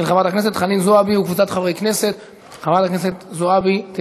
של חברת הכנסת חנין זועבי וקבוצת חברי הכנסת.